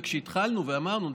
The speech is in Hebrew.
וכשהתחלנו ואמרנו,